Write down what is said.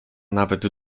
nawet